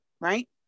right